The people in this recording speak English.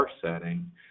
setting